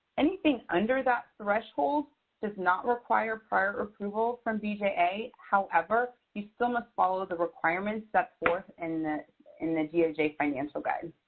anything under that threshold does not require prior approval from bja. however, you still must follow the requirements set forth in the in the doj financial guide.